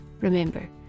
Remember